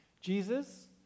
Jesus